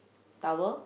towel